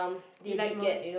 you like most